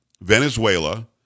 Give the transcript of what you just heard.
venezuela